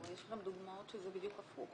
הרי יש לכם דוגמאות שזה בדיוק הפוך.